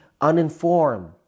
uninformed